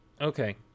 okay